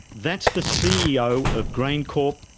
that's the ceo of graincorp,